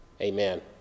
Amen